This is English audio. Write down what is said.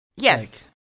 yes